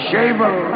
Shaver